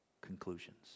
conclusions